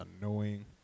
annoying